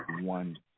one